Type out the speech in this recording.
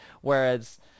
whereas